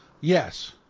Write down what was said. Yes